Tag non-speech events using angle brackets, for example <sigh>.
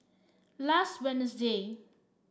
last <unintelligible>